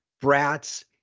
brats